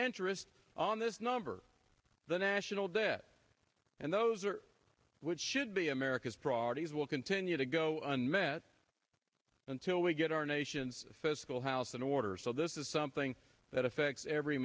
enter it on this number the national debt and those are what should be america's priorities will continue to go unmet until we get our nation's fiscal house in order so this is something that affects every